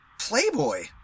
playboy